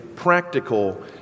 Practical